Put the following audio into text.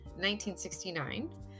1969